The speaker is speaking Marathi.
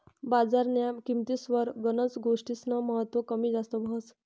बजारन्या किंमतीस्वर गनच गोष्टीस्नं महत्व कमी जास्त व्हस